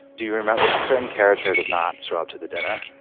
do you remember a certain character does not show up to the dinner